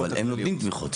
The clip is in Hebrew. אבל הם נותנים תמיכות.